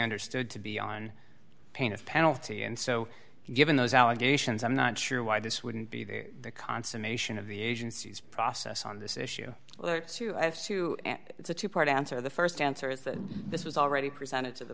understood to be on pain of penalty and so given those allegations i'm not sure why this wouldn't be the consummation of the agency's process on this issue i have to it's a two part answer the st answer is that this was already presented to the